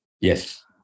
Yes